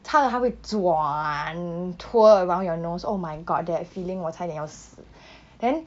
插了他会转 twirl around your nose oh my god that feeling 我差点要死 then